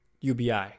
UBI